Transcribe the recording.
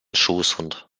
schoßhund